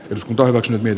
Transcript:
jos kaivos nyt niin